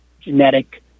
genetic